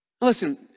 Listen